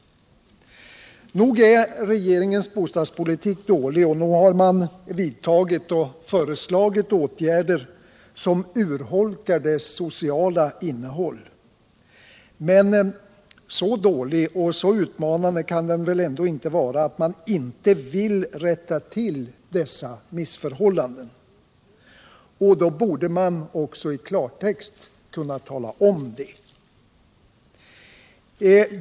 Nog är regeringens bostadspolitik dålig och nog har man vidtagit och föreslagit åtgärder som urholkar dess sociala innehåll, men så dålig och så utmanande kan den väl inte vara att man inte vill rätta till dessa missförhållanden. Då borde man också i klartext kunna tala om det.